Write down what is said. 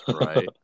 right